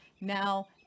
Now